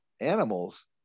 animals